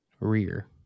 Rear